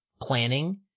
planning